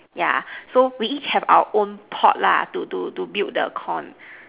yeah so we each have our own pot lah to to to build the corn